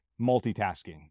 multitasking